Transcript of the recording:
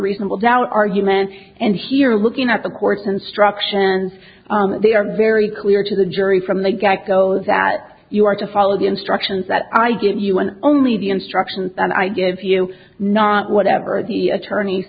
reasonable doubt argument and here looking at the court's instruction they are very clear to the jury from the guy goes that you are to follow the instructions that i get you on only the instructions that i give you not whatever the attorneys